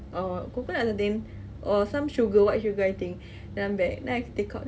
or coconut or something or some sugar white sugar I think dalam beg then I take out then